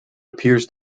appears